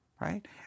right